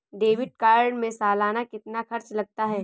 Debit card में सालाना कितना खर्च लगता है?